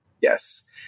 Yes